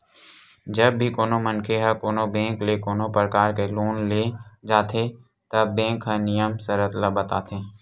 जब भी कोनो मनखे ह कोनो बेंक ले कोनो परकार के लोन ले जाथे त बेंक ह नियम सरत ल बताथे